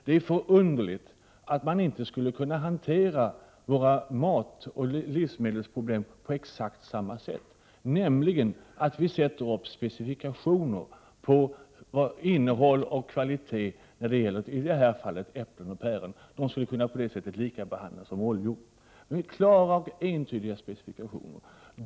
Det är förunderligt att man inte skulle kunna hantera våra matoch livsmedelsproblem på exakt samma sätt, nämligen genom att sätta upp specifikationer på innehåll och kvalitet, i det här fallet på äpplen och päron. De skulle på det sättet kunna behandlas på samma sätt som oljor, med hjälp av klara och entydiga specifikationer.